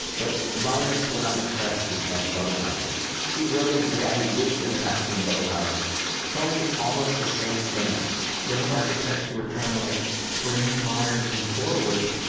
but the modernists were not impressed with neff's bubble houses. steve roden, the guy who lives in the pasadena bubble house told me almost the same thing young architects who are trying to like bring modernism forward,